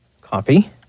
Copy